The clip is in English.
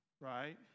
right